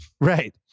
Right